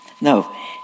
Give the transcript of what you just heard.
No